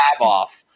off